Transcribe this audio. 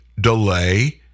delay